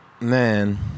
Man